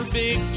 big